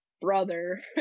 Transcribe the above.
brother